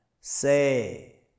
Say